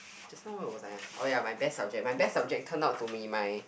just now where was I oh ya my best subject my best subject turn out to be my